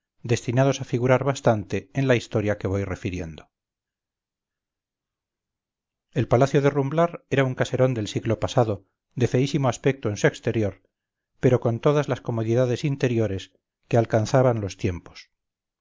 destinados a figurar bastante en la historia que voy refiriendo el palacio de rumblar era un caserón del siglo pasado de feísimo aspecto en su exterior pero contodas las comodidades interiores que alcanzaban los tiempos